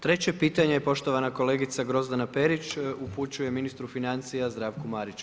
Treće pitanje je poštovana kolegica Grozdana Perić, upućuje ministru financija Zdravku Mariću.